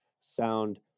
sound